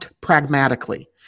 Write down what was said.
pragmatically